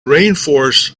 rainforests